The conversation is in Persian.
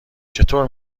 چطور